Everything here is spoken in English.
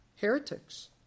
heretics